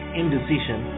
indecision